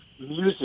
music